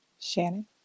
Shannon